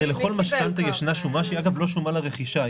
הרי לכל משכנתא ישנה שומה שהיא אגב לא שומה לרכישה,